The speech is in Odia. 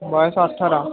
ବୟସ ଅଠର